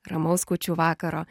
ramaus kūčių vakaro